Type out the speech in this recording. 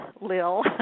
Lil